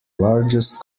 largest